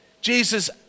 Jesus